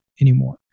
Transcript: anymore